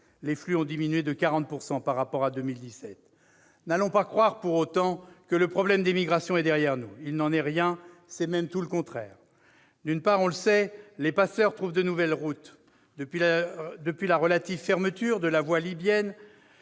Les flux ont diminué de 40 % par rapport à 2017. N'allons pas croire pour autant que le problème des migrations est derrière nous. Il n'en est rien, c'est même tout le contraire. Tout d'abord, on le sait, les passeurs trouvent de nouvelles routes. Depuis la relative fermeture de la voie libyenne,